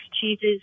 cheeses